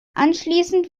anschließend